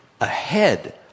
ahead